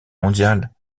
mondiale